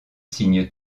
signes